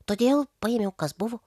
todėl paėmiau kas buvo